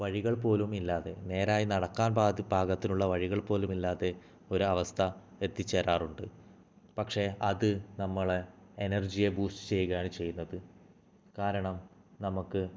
വഴികൾ പോലും ഇല്ലാതെ നേരായി നടക്കാൻ പാക പാകത്തിന് വഴികൾ പോലുമില്ലാതെ ഒരവസ്ഥ എത്തി ചേരാറുണ്ട് പക്ഷെ അത് നമ്മളുടെ എനർജിയെ ബൂസ്റ്റ് ചെയ്യുകയാണ് ചെയ്യുന്നത് കാരണം നമുക്ക്